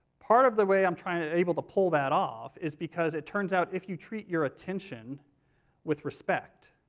part of the way i'm trying to able to pull that off is because it turns out, if you treat your attention with respect,